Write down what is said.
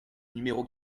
numéro